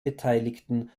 beteiligten